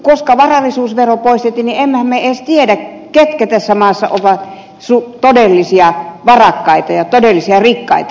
koska varallisuusvero poistettiin emmehän me edes tiedä ketkä tässä maassa ovat todellisia varakkaita ja todellisia rikkaita